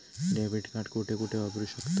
Debit card कुठे कुठे वापरू शकतव?